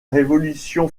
révolution